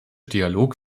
dialog